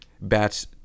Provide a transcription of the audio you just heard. bats